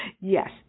Yes